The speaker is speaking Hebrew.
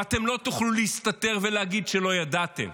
ואתם לא תוכלו להסתתר ולהגיד שלא ידעתם.